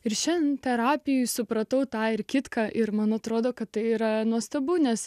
ir šiandien terapijoje supratau tą ir kitką ir man atrodo kad tai yra nuostabu nes